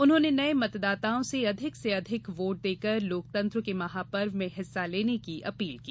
उन्होंने नये मतदाताओं से अधिक से अधिक वोट देकर लोकतंत्र के महापर्व में हिस्सा लेने की अपील की